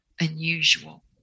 unusual